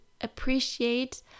appreciate